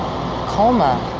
um colma